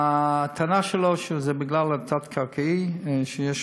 הטענה שלו היא שזה בגלל המתחם תת-קרקעי שיש,